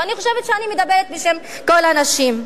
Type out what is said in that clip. ואני חושבת שאני מדברת בשם כל הנשים.